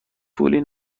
پولی